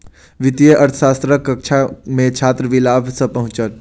वित्तीय अर्थशास्त्रक कक्षा मे छात्र विलाभ सॅ पहुँचल